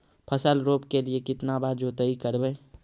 फसल रोप के लिय कितना बार जोतई करबय?